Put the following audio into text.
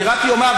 אני רק אומר,